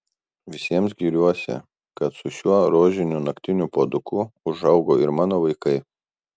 visiems giriuosi kad su šiuo rožiniu naktiniu puoduku užaugo ir mano vaikai